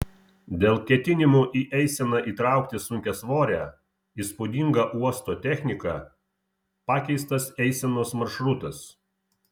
dėl ketinimų į eiseną įtraukti sunkiasvorę įspūdingą uosto techniką pakeistas eisenos maršrutas